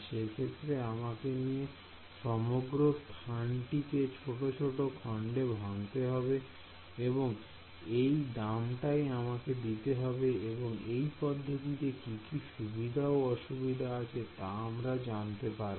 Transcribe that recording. সেই ক্ষেত্রে আমাকে নিয়ে সমগ্র স্থানটিকে ছোট ছোট খন্ডে ভাঙতে হবে এবং এই দামটাই আমাকে দিতে হবে এবং এই পদ্ধতিতে কি কি সুবিধা ও অসুবিধা আছে তা আমার জানতে হবে